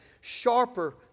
sharper